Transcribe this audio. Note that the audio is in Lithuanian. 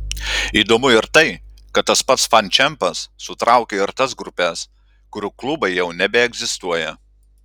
įdomu ir tai kad tas pats fančempas sutraukia ir tas grupes kurių klubai jau nebeegzistuoja